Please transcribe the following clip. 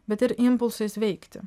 bet ir impulsais veikti